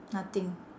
nothing